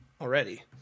already